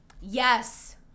Yes